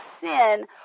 sin